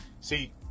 See